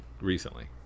recently